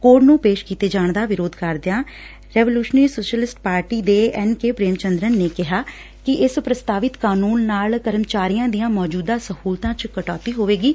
ਕੂੂਡ ਨੂੂ ਪੇਸ਼ ਕੀਤੇ ਜਾਣ ਦਾ ਵਿਰੋਧ ਕਰਦਿਆਂ ਰੈਵੂਲੁਸ਼ਨਰੀ ਸ਼ੋਸ਼ਲਿਸਟ ਪਾਰਟੀ ਦੇ ਐਨ ਕੇ ਪ੍ਮੇਮ ਚੰਦਰਨ ਨੇ ਕਿਹਾ ਕਿ ਇਸ ਪ੍ਸਤਾਵਿਤ ਕਾਨੂੰਨ ਨਾਲ ਕਰਮਚਾਰੀਆਂ ਦੀਆਂ ਮੌਜੂਦਾ ਸਹੂਲਤਾਂ ਚ ਕਟੌਤੀ ਹੋਵੇਗੀ